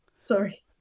Sorry